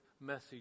message